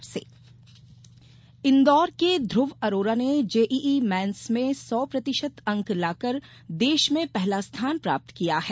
ध्रव JEE Indore के ध्रव अरोरा ने JEE mains में सौ प्रतिशत अंक लाकर देश में पहला स्थान प्राप्त किया है